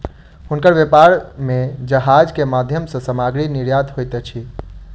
हुनकर व्यापार में जहाज के माध्यम सॅ सामग्री निर्यात होइत अछि